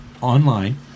online